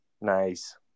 Nice